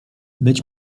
być